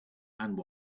and